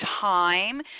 time